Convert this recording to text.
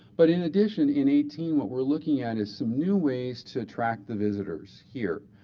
but in addition, in eighteen what we're looking at is some new ways to attract the visitors here,